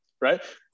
right